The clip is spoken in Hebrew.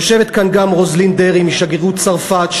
יושבת כאן גם רוזלין דרעי משגרירות צרפת,